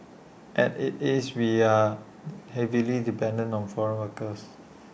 as IT is we are heavily dependent on foreign workers